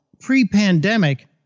pre-pandemic